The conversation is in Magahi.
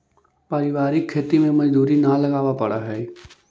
पारिवारिक खेती में मजदूरी न लगावे पड़ऽ हइ